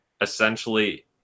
essentially